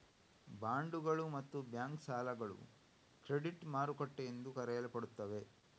ಬಾಂಡುಗಳು ಮತ್ತು ಬ್ಯಾಂಕ್ ಸಾಲಗಳು ಕ್ರೆಡಿಟ್ ಮಾರುಕಟ್ಟೆ ಎಂದು ಕರೆಯಲ್ಪಡುತ್ತವೆ